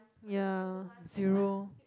ya zero